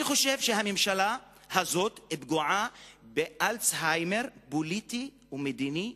אני חושב שהממשלה הזאת פגועה באלצהיימר פוליטי ומדיני,